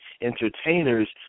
entertainers